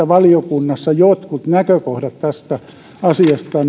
valiokunnassa jotkut näkökohdat tästä asiasta